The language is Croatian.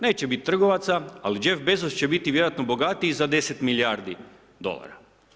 Neće biti trgovaca, ali Jeff Bezos će biti vjerojatno bogatiji za 10 milijardi dolara.